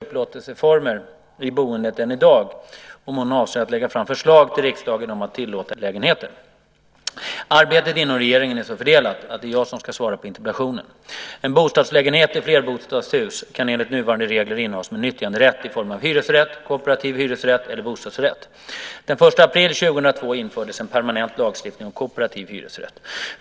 Herr talman! Marietta de Pourbaix-Lundin har frågat statsrådet Mona Sahlin om hon avser att vidta åtgärder för att göra det möjligt med fler upplåtelseformer i boendet än i dag och om hon avser att lägga fram förslag till riksdagen om att tillåta ägarlägenheter. Arbetet inom regeringen är så fördelat att det är jag som ska svara på interpellationen. En bostadslägenhet i flerbostadshus kan enligt nuvarande regler innehas med nyttjanderätt i form av hyresrätt, kooperativ hyresrätt eller bostadsrätt. Den 1 april 2002 infördes en permanent lagstiftning om kooperativ hyresrätt.